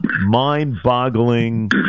mind-boggling